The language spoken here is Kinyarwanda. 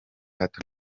hato